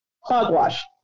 hogwash